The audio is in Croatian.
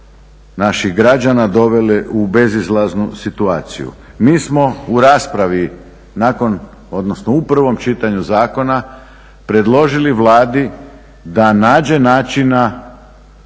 naših građana dovele u bezizlaznu situaciju. Mi smo u raspravi nakon, odnosno u prvom čitanju zakona predložili Vladi da nađe načina